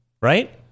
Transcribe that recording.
Right